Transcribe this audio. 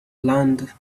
learned